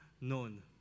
known